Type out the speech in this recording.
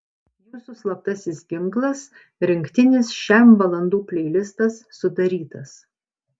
jūsų slaptasis ginklas rinktinis šem valandų pleilistas sudarytas